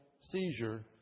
seizure